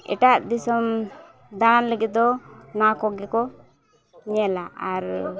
ᱮᱴᱟᱜ ᱫᱤᱥᱚᱢ ᱫᱟᱲᱟᱱ ᱞᱟᱹᱜᱤᱫ ᱫᱚ ᱱᱚᱣᱟ ᱠᱚᱜᱮ ᱠᱚ ᱧᱮᱞᱟ ᱟᱨ